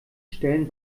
stellen